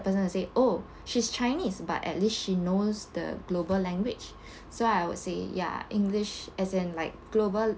the person said oh she's chinese but at least she knows the global language so I would say ya english as in like global